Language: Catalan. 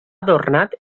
adornat